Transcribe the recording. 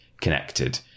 connected